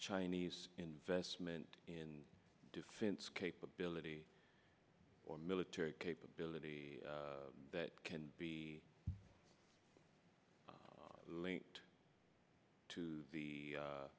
chinese investment in defense capability or military capability that can be linked to the